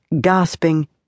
gasping